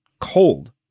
cold